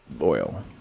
oil